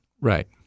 Right